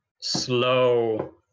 slow